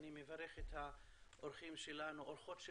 אני מברך את האורחים שלנו,